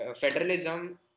federalism